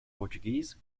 portuguese